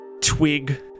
twig